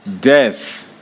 death